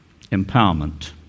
empowerment